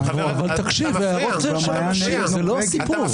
אבל תקשיב, ההערות הן כדי שתקשיב, זה לא סיפור.